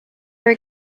were